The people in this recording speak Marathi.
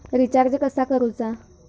रिचार्ज कसा करूचा?